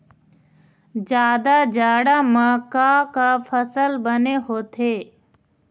जादा जाड़ा म का का फसल बने होथे?